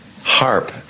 Harp